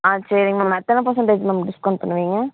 ஆ சரிங்க மேம் எத்தனை percentage ma'am discount பண்ணுவீங்க